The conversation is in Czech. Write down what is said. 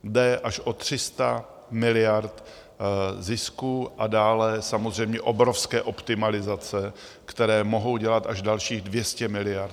Jde až o 300 miliard zisků a dále samozřejmě obrovské optimalizace, které mohou dělat až dalších 200 miliard.